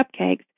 cupcakes